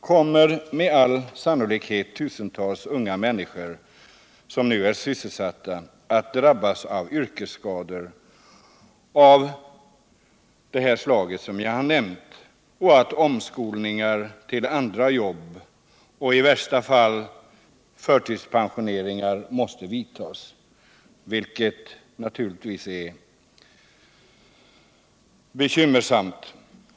kommer med all Nr 150 sannolikhet tusentals unga människor som nu är sysselsatta att drabbas av Onsdagen den yrkesskador av det slaget att omskolningar till andra jobb och i värsta fall 24 maj 1978 förtidspensioneringar måste vidtas, vilket naturligtvis är bekymmersamt.